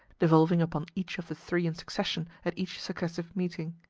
devolving upon each of the three in succession at each successive meeting.